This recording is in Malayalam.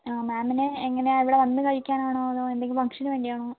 മാമിന് എങ്ങനെയാണ് ഇവിടെ വന്നു കഴിക്കാനാണോ അതോ എന്തെങ്കിലും ഫംഗ്ഷനു വേണ്ടിയാണോ